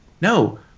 no